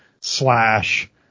slash